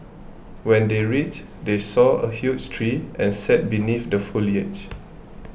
when they reached they saw a huge tree and sat beneath the foliage